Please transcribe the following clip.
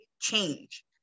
change